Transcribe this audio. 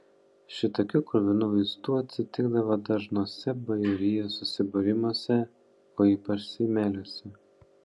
šitokių kruvinų vaizdų atsitikdavo dažnuose bajorijos susibūrimuose o ypač seimeliuose